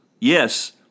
yes